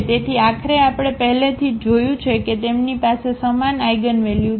તેથી આખરે આપણે પહેલેથી જ જોયું છે કે તેમની પાસે સમાન આઇગનવેલ્યુ છે